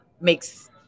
makes